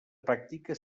pràctica